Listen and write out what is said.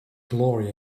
glory